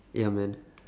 ya man